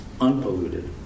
unpolluted